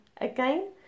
Again